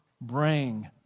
bring